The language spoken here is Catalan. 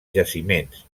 jaciments